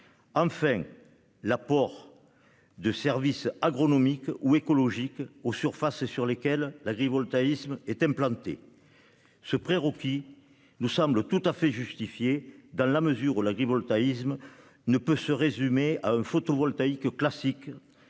prévoit l'apport de services agronomiques ou écologiques sur les surfaces où l'agrivoltaïsme est implanté. Ce prérequis nous semble tout à fait justifié, dans la mesure où l'agrivoltaïsme ne peut se résumer à un photovoltaïque classique,